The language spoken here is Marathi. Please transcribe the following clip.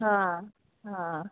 हां हां